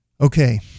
Okay